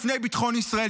לפני ביטחון ישראל.